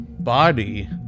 body